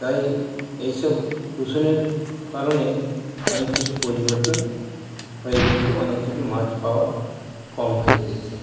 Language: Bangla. তাই এইসব দূষণের কারণে অনেক কিছু পরিবর্তন হয়ে গেছে অনেক কিছু মাছ পাওয়া কম হয়ে গিয়েছে